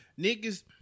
Niggas